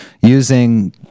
using